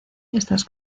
estas